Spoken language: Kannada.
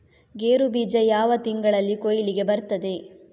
ಗೇರು ಬೀಜ ಯಾವ ತಿಂಗಳಲ್ಲಿ ಕೊಯ್ಲಿಗೆ ಬರ್ತದೆ?